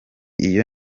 iyo